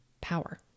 power